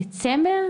בדצמבר,